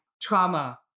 trauma